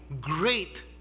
Great